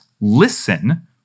listen